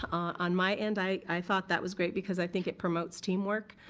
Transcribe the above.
on my end, i i thought that was great because i think it promotes teamwork.